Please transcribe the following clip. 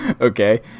Okay